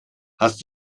hast